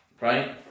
Right